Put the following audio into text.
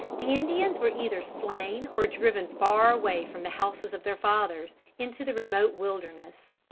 the indians were either slain or driven far away from the houses of their fathers, into the remote wilderness.